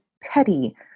petty